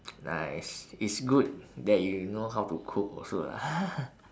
nice it's good that you know how to cook also lah